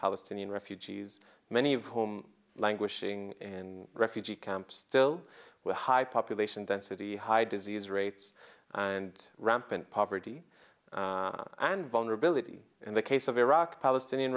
palestinian refugees many of whom languishing in refugee camps still with high population density high disease rates and rampant poverty and vulnerability in the case of iraq palestinian